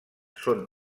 són